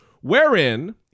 wherein